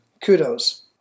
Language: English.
Kudos